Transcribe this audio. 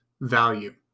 value